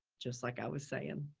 just like i was saying.